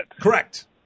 Correct